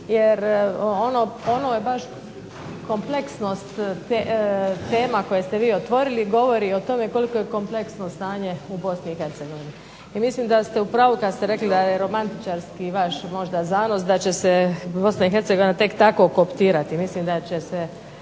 jer ono je baš kompleksnost tema koje ste vi otvorili govori koliko je kompleksno stanje u BiH. I mislim da ste u pravu kada ste rekli da je romantičarski vaš zanos, da će se BiH tek tako kotirati mislim da će se